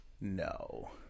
No